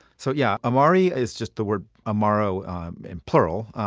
so yeah amari is just the word amaro in plural.